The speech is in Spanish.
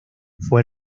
fue